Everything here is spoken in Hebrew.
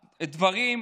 הדברים,